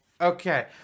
Okay